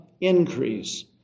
increase